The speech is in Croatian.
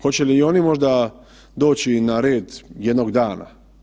Hoće li i oni možda doći na red jednog dana?